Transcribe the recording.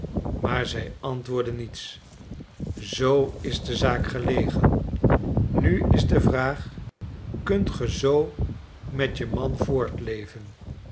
maar zij antwoordde niets zoo is de zaak gelegen nu is de vraag kunt ge zoo met je man